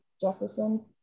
Jefferson